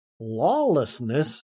Lawlessness